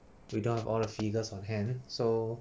we don't have all the figures on hand so